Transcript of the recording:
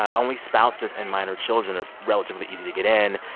only spouses and minor children are relatively easy to get in.